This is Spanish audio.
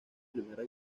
primera